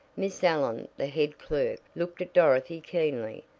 miss allen, the head clerk, looked at dorothy keenly.